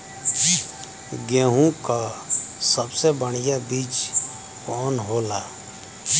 गेहूँक सबसे बढ़िया बिज कवन होला?